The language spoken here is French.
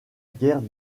guerres